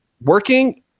working